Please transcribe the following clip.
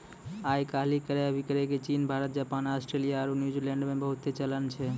आइ काल्हि क्रय अभिक्रय के चीन, भारत, जापान, आस्ट्रेलिया आरु न्यूजीलैंडो मे बहुते चलन छै